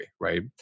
right